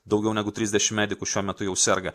daugiau negu trisdešim medikų šiuo metu jau serga